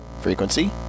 frequency